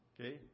okay